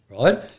Right